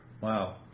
Wow